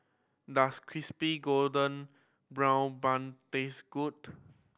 does Crispy Golden Brown Bun taste good